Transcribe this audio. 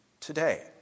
today